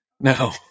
No